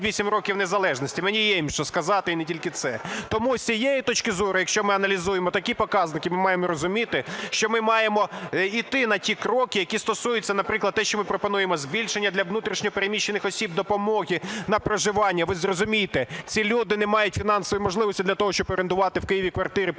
Ви зрозумійте, ці люди не мають фінансової можливості для того, щоб орендувати в Києві квартири по